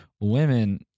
Women